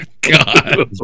God